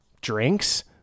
drinks